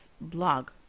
blog